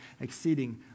exceeding